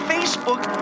Facebook